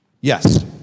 Yes